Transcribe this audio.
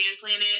planet